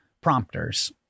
prompters